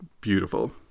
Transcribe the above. beautiful